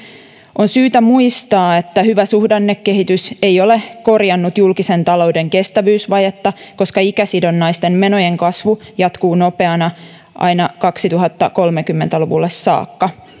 on syytä muistaa että hyvä suhdannekehitys ei ole korjannut julkisen talouden kestävyysvajetta koska ikäsidonnaisten menojen kasvu jatkuu nopeana aina kaksituhattakolmekymmentä luvulle saakka